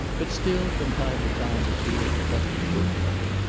but still from time to time appeared the hut of the wood-cutter,